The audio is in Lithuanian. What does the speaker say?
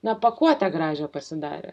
na pakuotę gražią pasidarė